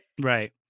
right